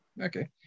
okay